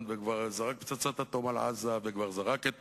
וכבר זרק פצצת אטום על עזה וכבר זרק את